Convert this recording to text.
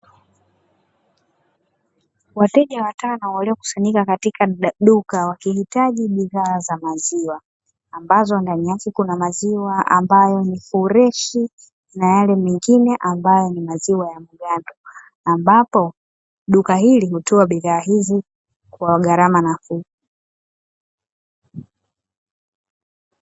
Wateja watano waliokusanyika katika duka wakihitaji bidhaa za maziwa, ambazo ndani yake kuna maziwa ambayo ni freshi, na yale mengine ambayo ni maziwa ya mgando. Ambapo duka hili hutoa bidhaa hizi kwa gharama nafuu.